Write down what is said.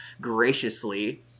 graciously